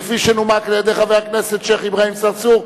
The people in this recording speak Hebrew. כפי שנומקה על-ידי חבר הכנסת שיח' אברהים צרצור,